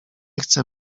chcę